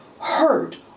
hurt